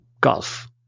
golf